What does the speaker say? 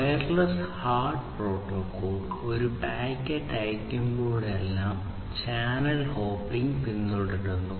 wireless HART protocol ഒരു packet അയയ്ക്കുമ്പോഴെല്ലാം channel hopping പിന്തുടരുന്നു